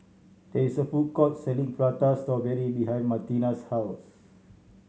there is a food court selling Prata Strawberry behind Martina's house